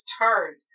turned